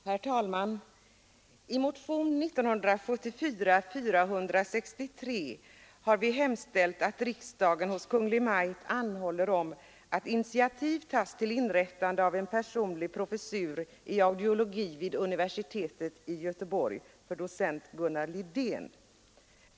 Herr talman! I motionen 1974:463 har vi hemställt att riksdagen hos Kungl. Maj:t anhåller om att initiativ tas till inrättande av en personlig professur i audiologi vid universitetet i Göteborg för docent Gunnar Lidén.